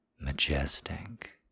majestic